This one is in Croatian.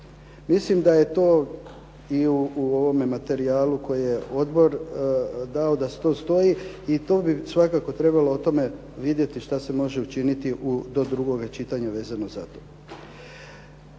Mislim da je to i u ovome materijalu koji je odbor dao da to stoji i to bi svakako trebalo o tome vidjeti što se može učiniti do drugoga čitanja vezano za to.